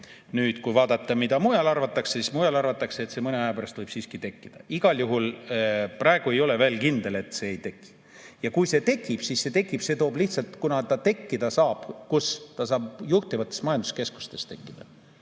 Nüüd, kui vaadata, mida mujal arvatakse, siis mujal arvatakse, et see mõne aja pärast võib siiski tekkida. Igal juhul praegu ei ole veel kindel, et see ei teki. Ja kui see tekib, siis tekib. Kunas ta tekkida saab ja kus? Ta saab tekkida juhtivates majanduskeskustes.